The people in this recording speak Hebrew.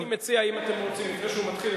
אבל אני מציע, אם אתם רוצים, לפני שהוא מתחיל,